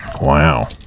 Wow